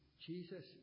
Jesus